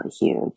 huge